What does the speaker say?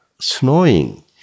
snowing